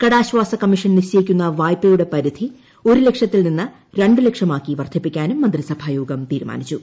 കടാശ്ചാസ commission നിശ്ചയിക്കുന്ന വായ്പയുടെ പരിധി ഒരു ലക്ഷത്തിൽ നിന്ന് രണ്ടുലക്ഷമാക്കി വർദ്ധിപ്പിക്കാനും മന്ത്രിസഭാ യോഗം തീരുമാനിച്ചു